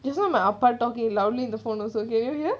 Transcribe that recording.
just now my ah pa talking loudly on the phone also can you hear